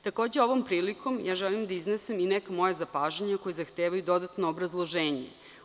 Takođe, ovom prilikom želim da iznesem i neka moja zapažanja koja zahtevaju dodatno obrazloženje.